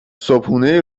صبحونه